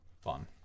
fun